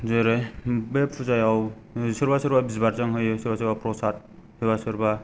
जेरै बे पुजायाव सोरबा सोरबा बिबारजों होयो सोरबा सोरबा प्रसाद सोरबा सोरबा